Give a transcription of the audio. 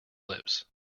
lips